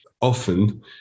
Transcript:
Often